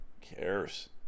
cares